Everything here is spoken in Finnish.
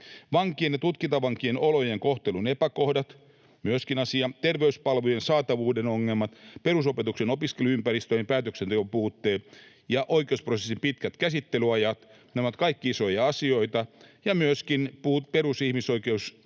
Vankien ja tutkintavankien olojen ja kohtelun epäkohdat — myöskin asia. Terveyspalvelujen saatavuuden ongelmat, perusopetuksen opiskeluympäristön ja päätöksenteon puutteet sekä oikeusprosessien pitkät käsittelyajat — nämä ovat kaikki isoja asioita. Ja myöskin perus- ja ihmisoikeusloukkausten